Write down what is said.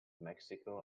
mexico